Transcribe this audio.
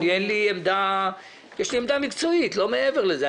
יש לי עמדה מקצועית, לא מעבר לזה.